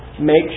make